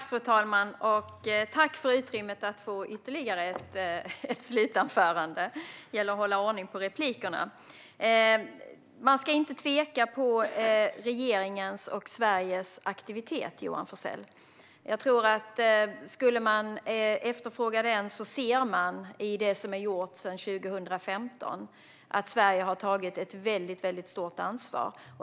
Fru talman! Tack för utrymmet för ytterligare ett slutinlägg! Det gäller att hålla ordning på replikerna. Man ska inte tvivla på regeringens och Sveriges aktivitet, Johan Forssell. Jag tror att den som efterfrågar den ser i det som är gjort sedan 2015 att Sverige har tagit ett väldigt stort ansvar.